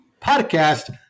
podcast